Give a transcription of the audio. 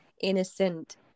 innocent